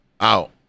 out